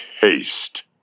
haste